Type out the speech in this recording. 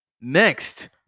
Next